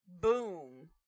Boom